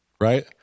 Right